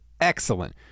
excellent